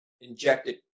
injected